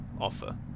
Offer